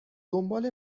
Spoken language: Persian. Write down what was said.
دنبال